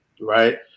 right